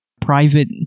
private